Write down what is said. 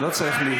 לא צריך,